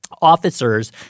officers